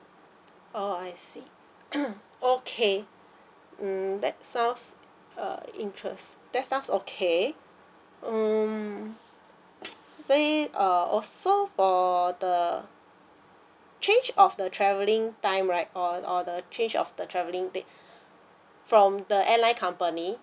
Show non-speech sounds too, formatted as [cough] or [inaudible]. oh I see [coughs] okay mm that sounds err interest~ that sounds okay mm I think err also for the change of the travelling time right or or the change of the travelling date from the airline company